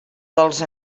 dels